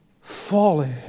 folly